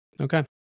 Okay